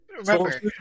Remember